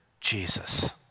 Jesus